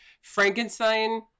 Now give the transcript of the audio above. Frankenstein